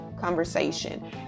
conversation